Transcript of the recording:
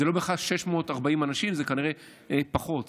אלה לא בהכרח 640 אנשים, אלה כנראה פחות.